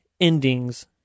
endings